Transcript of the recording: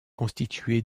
constitué